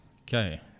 Okay